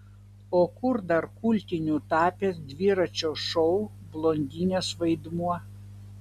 o kur dar kultiniu tapęs dviračio šou blondinės vaidmuo